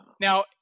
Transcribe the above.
Now